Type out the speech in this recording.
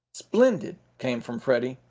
splendid, came from freddie.